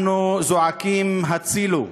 אנחנו זועקים, הצילו,